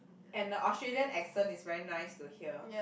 and the Australian accent is very nice to hear